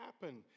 happen